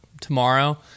tomorrow